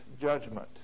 judgment